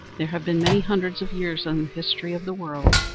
there have been many hundreds of years in the history of the world,